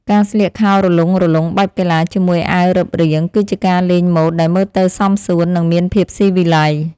ការស្លៀកខោរលុងៗបែបកីឡាជាមួយអាវរឹបរាង គឺជាការលេងម៉ូដដែលមើលទៅសមសួន និងមានភាពស៊ីវិល័យ។